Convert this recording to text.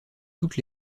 toutes